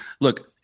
Look